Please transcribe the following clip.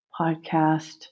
podcast